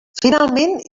finalment